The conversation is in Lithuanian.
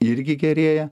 irgi gerėja